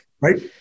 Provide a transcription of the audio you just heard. Right